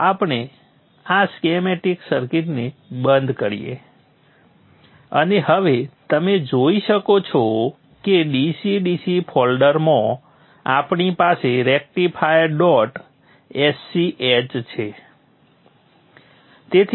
ચાલો આપણે આ સ્કીમેટિક સર્કિટને બંધ કરીએ અને હવે તમે જોઈ શકો છો કે DC DC ફોલ્ડરમાં આપણી પાસે rectifier dot s c h છે